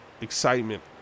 Excitement